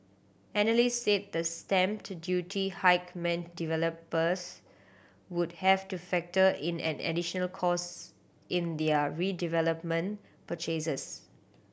analysts said the stamp duty hike meant developers would have to factor in an additional cost in their redevelopment purchases